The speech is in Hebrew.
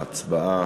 ההצבעה